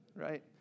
right